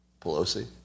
Pelosi